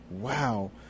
wow